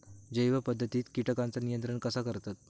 जैव पध्दतीत किटकांचा नियंत्रण कसा करतत?